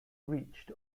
reached